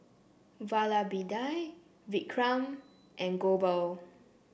Vallabhbhai Vikram and Gopal